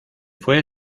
fue